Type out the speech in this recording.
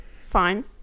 fine